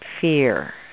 fear